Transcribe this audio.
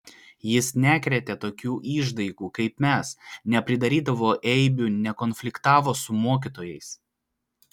jis nekrėtė tokių išdaigų kaip mes nepridarydavo eibių nekonfliktavo su mokytojais